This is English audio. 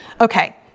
Okay